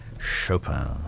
Chopin